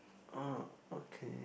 orh okay